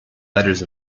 letters